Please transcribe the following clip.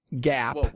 gap